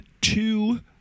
two